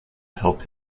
help